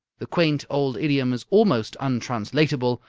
the quaint old idiom is almost untranslatable,